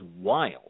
wild